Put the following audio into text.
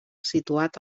situat